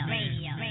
Radio